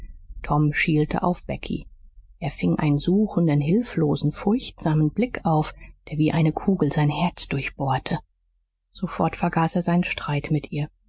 tom schielte auf becky er fing einen suchenden hilflosen furchtsamen blick auf der wie eine kugel sein herz durchbohrte sofort vergaß er seinen streit mit ihr